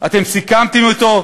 אתם סיכמתם אתו,